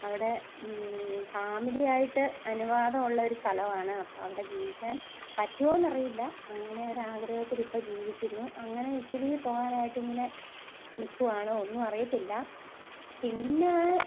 അവിടെ ഫാമിലിയായിട്ട് അനുവാദമുള്ള ഒരു സ്ഥലമാണ് അപ്പോൾ അവിടെ ജീവിക്കാൻ പറ്റുമോ എന്ന് അറിയില്ല അങ്ങനെയൊരു ആഗ്രഹത്തിലിപ്പം ജീവിക്കുന്നു അങ്ങനെ ഇറ്റലിയിൽ പോവാനായിട്ട് ഇങ്ങനെ നിൽക്കുകയാണ് ഒന്നും അറിയത്തില്ല പിന്നെ